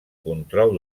control